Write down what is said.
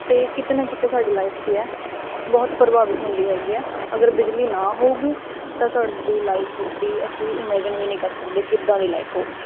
ਤੇ ਕਿਤੇ ਨਾ ਕਿਤੇ ਸਾਡੀ ਲਾਈਫ ਕੀ ਐ ਬਹੁਤ ਪ੍ਰਭਾਵਿਤ ਹੁੰਦੀ ਹੈਗੀ ਐ ਅਗਰ ਬਿਜਲੀ ਨਾ ਹੋਊਗੀ ਤਾਂ ਸਾਡੀ ਲਾਈਫ ਦੀ ਅਸੀਂ ਇਮੈਜਿਨ ਵੀ ਨਹੀਂ ਕਰ ਸਕਦੇ ਕਿੱਦਾਂ ਦੀ ਲਾਈਫ ਹੋਊਗੀ